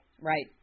right